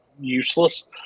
useless